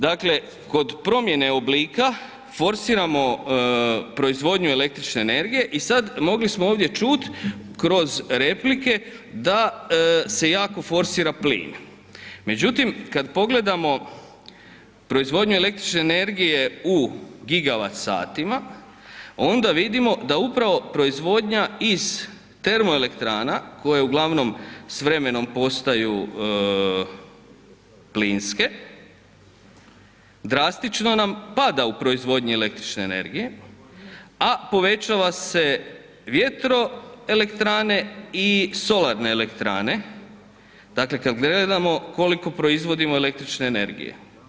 Dakle kod promjene oblika forsiramo proizvodnju električne energije i sad mogli smo ovdje čut kroz replike da se jako forsira plin međutim kad pogledamo proizvodnju električne energije u gigavat satima, onda vidimo da upravo proizvodnja iz termoelektrana koje je uglavnom s vremenom postaju plinske, drastično nam pada u proizvodnji električne energije a povećava se vjetroelektrane i solarne elektrane dakle kad gledamo koliko proizvodimo električne energije.